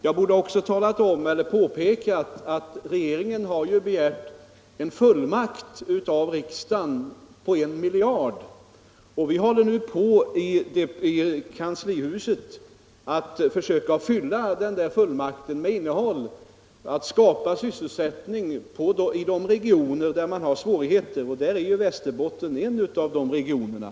Jag borde också ha påpekat att regeringen begär en fullmakt av riksdagen på 1 miljard kronor. Vi håller nu i kanslihuset på att försöka fylla den fullmakten med innehåll, att skapa sysselsättning i de regioner där man har svårigheter — och Västerbotten är en av de regionerna.